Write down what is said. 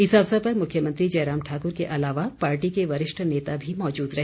इस अवसर पर मुख्यमंत्री जयराम ठाकुर के अलावा पार्टी के वरिष्ठ नेता भी मौजूद रहे